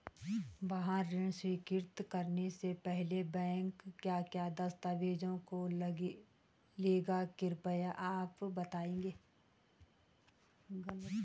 वाहन ऋण स्वीकृति करने से पहले बैंक क्या क्या दस्तावेज़ों को लेगा कृपया आप बताएँगे?